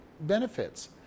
benefits